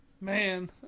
Man